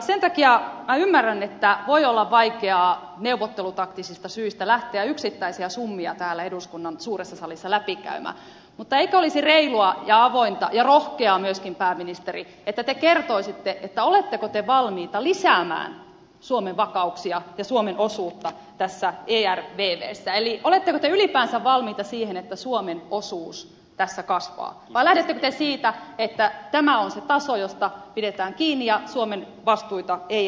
minä ymmärrän että voi olla vaikeaa neuvottelutaktisista syistä lähteä yksittäisiä summia täällä eduskunnan suuressa salissa läpi käymään mutta eikö olisi reilua ja avointa ja rohkeaa myöskin pääministeri että te kertoisitte oletteko te valmiita lisäämään suomen vastuuta ja suomen osuutta tässä ervvssä eli oletteko te ylipäänsä valmiita siihen että suomen osuus tässä kasvaa vai lähdettekö te siitä että tämä on se taso josta pidetään kiinni ja suomen vastuita ei enää olla lisäämässä